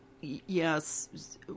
yes